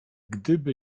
gdyby